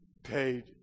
paid